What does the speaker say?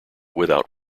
without